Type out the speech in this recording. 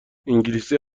انگلیسی